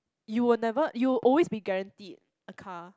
you will never you will always be guaranteed a car